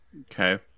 okay